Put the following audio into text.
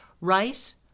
rice